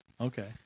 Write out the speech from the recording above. Okay